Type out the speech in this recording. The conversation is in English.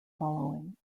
following